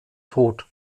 tot